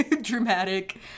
dramatic